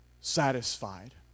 satisfied